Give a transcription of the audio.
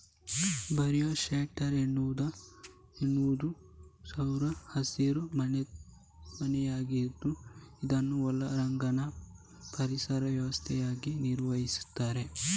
bio shelter ಎನ್ನುವುದು ಸೌರ ಹಸಿರು ಮನೆಯಾಗಿದ್ದು ಇದನ್ನು ಒಳಾಂಗಣ ಪರಿಸರ ವ್ಯವಸ್ಥೆಯಾಗಿ ನಿರ್ವಹಿಸ್ತಾರೆ